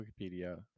Wikipedia